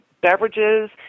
beverages